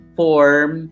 form